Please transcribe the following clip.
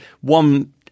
one